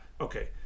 Okay